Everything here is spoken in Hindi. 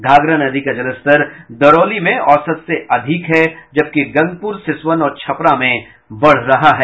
घाघरा नदी का जलस्तर दरौली में औसत से अधिक हो गया है जबकि गंगपुर सिसवन और छपरा में बढ़ रहा है